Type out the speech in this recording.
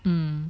mm